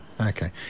Okay